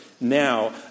now